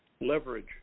leverage